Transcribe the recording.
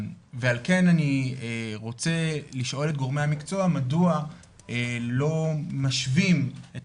ועל כן אני רוצה לשאול את גורמי המקצוע מדוע לא משווים את